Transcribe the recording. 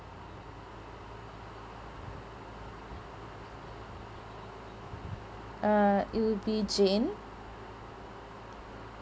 uh it will be jane